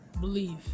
Believe